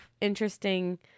interesting